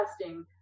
testing